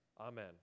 Amen